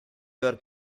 your